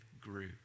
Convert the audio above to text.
grew